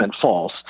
false